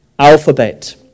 alphabet